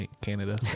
Canada